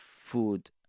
food